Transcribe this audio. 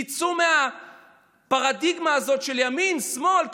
תצאו מהפרדיגמה הזאת של ימין שמאל,